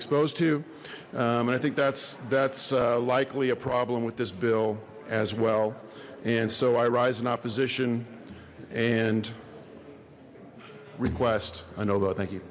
exposed to and i think that's that's likely a problem with this bill as well and so i rise in opposition and requests i know though thank you